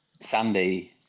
Sandy